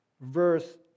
verse